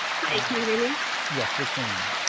hi, can you hear me yes we can